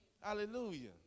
Hallelujah